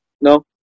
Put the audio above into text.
No